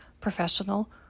professional